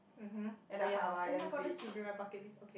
um hmm oh ya oh-my-god that should be my bucket list okay